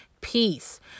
peace